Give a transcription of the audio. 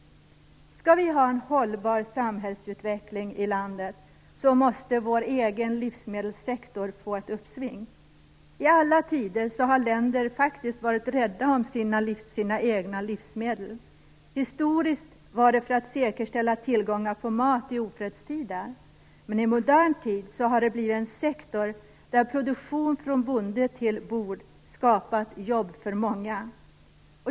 Skall vi ha en hållbar samhällsutveckling i landet måste vår egen livsmedelssektor få ett uppsving. I alla tider har länder varit rädda om sina egna livsmedel - historiskt för att säkerställa tillgången till mat i ofredstider. Men i modern tid har detta blivit en sektor där produktion från bonde till bord skapat jobb för många.